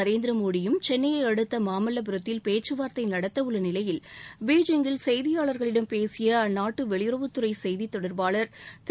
நரேந்திர மோடியும் சென்னையை அடுத்த மாமல்லபுரத்தில் பேச்சுவார்த்தை நடத்தவுள்ள நிலையில் பெய்ஜிங்கில் செய்தியாளர்களிடம் பேசிய அந்நாட்டு வெளியுறவுத்துறை செய்தி தொடர்பாளர் திரு